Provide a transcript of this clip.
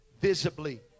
Visibly